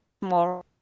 more